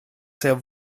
sehr